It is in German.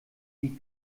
die